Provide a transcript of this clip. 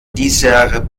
dieser